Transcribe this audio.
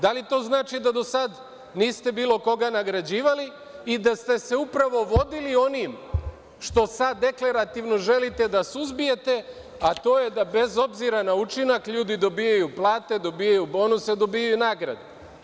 Da li to znači da do sada niste bilo koga nagrađivali i da se ste se upravo vodili onim što sada deklarativno želite da suzbijete, a to je da, bez obzira na učinak, ljudi dobijaju plate, dobijaju bonuse, dobijaju nagrade?